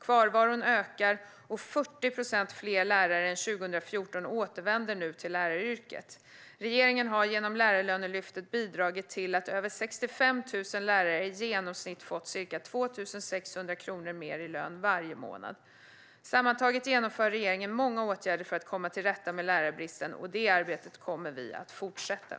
Kvarvaron ökar, och 40 procent fler lärare än 2014 återvänder nu till läraryrket. Regeringen har genom lärarlönelyftet bidragit till att över 65 000 lärare i genomsnitt fått ca 2 600 kronor mer i lön varje månad. Sammantaget genomför regeringen många åtgärder för att komma till rätta med lärarbristen, och det arbetet kommer vi att fortsätta.